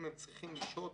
אם הם צריכים לשהות,